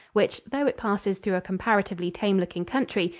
which, though it passes through a comparatively tame-looking country,